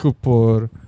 Por